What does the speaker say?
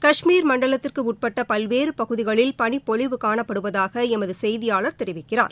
கஷ்மீர் மண்டலத்திற்கு உட்பட்ட பல்வேறு பகுதிகளில் பனிபொழிவு காணப்படுவதாக எமது செய்தியாளர் தெரிவிக்கிறார்